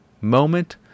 moment